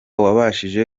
wabashije